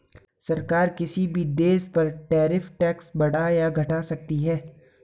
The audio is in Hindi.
सरकार किसी भी देश पर टैरिफ टैक्स बढ़ा या घटा सकती है